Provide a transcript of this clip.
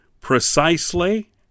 precisely